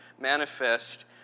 manifest